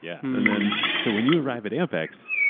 yeah and when so when you arrived at ampex,